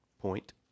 point